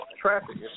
traffic